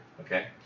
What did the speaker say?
Okay